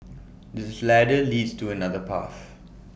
this ladder leads to another path